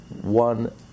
One